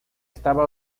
estaba